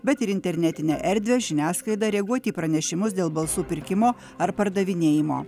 bet ir internetinę erdvę žiniasklaida reaguoti į pranešimus dėl balsų pirkimo ar pardavinėjimo